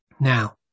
Now